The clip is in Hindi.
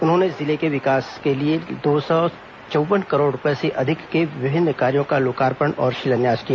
उन्होंने जिले के विकास के लिए दो सौ चौव्वन करोड़ रूपये से अधिक के विभिन्न निर्माण कार्यो का लोकार्पण और शिलान्यास किया